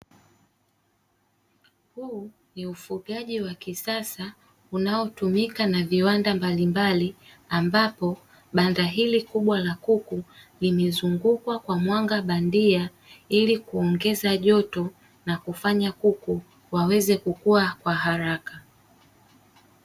Huu ni ufugaji wa kisasa, unaotumika na viwanda mbalimbali; ambapo banda hili kubwa la kuku limezungukwa kwa mwanga bandia, ili kuongeza joto na kufanya kuku waweze kukua kwa haraka.